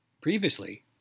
Previously